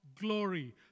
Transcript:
glory